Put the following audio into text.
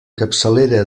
capçalera